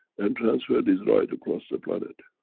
and transfer this right across the planet,